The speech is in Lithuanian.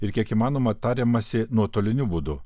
ir kiek įmanoma tariamasi nuotoliniu būdu